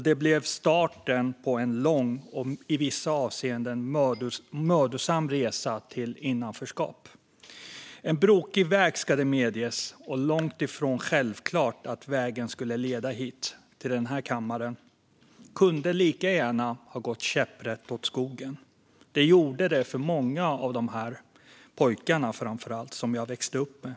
Det blev starten på en lång och i vissa avseenden mödosam resa till innanförskap. Det ska medges att det har varit en brokig väg, och det var långtifrån självklart att vägen skulle leda hit, till den här kammaren. Det kunde lika gärna ha gått käpprätt åt skogen. Det gjorde det för många av dem, framför allt pojkar, som jag växte upp med.